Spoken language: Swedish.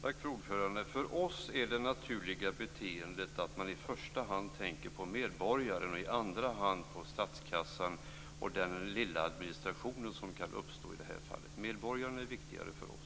Fru talman! För oss är det naturliga beteendet att man i första hand tänker på medborgaren och i andra hand på statskassan och den lilla administration som kan uppstå i det här fallet. Medborgarna är viktigare för oss.